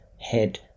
head